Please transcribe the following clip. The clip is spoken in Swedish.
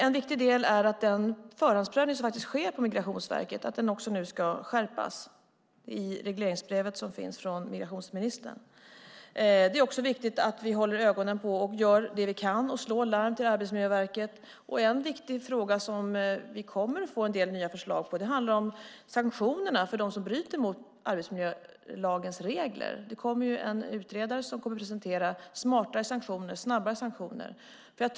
En viktig del är att den förhandsprövning som faktiskt sker på Migrationsverket nu ska skärpas, enligt migrationsministerns regleringsbrev. Det är också viktigt att vi håller ögonen på detta, gör det vi kan och slår larm till Arbetsmiljöverket. En viktig fråga, där vi kommer att få en del nya förslag, handlar om sanktionerna mot dem som bryter mot arbetsmiljölagens regler. En utredare kommer att presentera smartare och snabbare sanktioner.